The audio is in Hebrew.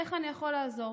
איך אני יכול לעזור?